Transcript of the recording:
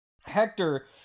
Hector